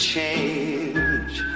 change